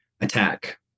attack